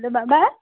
hello Baba